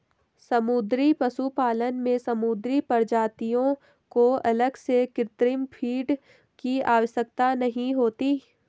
समुद्री पशुपालन में समुद्री प्रजातियों को अलग से कृत्रिम फ़ीड की आवश्यकता नहीं होती